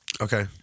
Okay